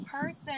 person